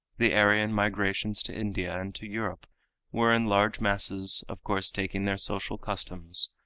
the aryan migrations to india and to europe were in large masses, of course taking their social customs,